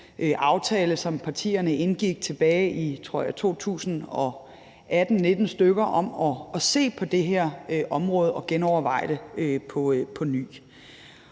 aftale, som partierne indgik tilbage i, tror jeg, 2018-19, om at se på det her område og genoverveje det på ny.